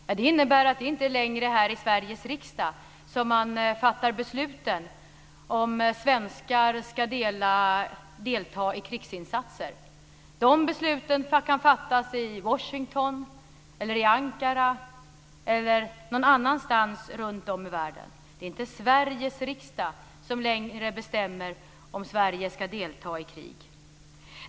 Jo, det innebär att det inte längre är här i Sveriges riksdag som man fattar besluten om ifall svenskar ska delta i krigsinsatser. De besluten kan fattas i Washington, i Ankara eller någon annanstans runtom i världen. Det är inte Sveriges riksdag som längre bestämmer om Sverige ska delta i krig.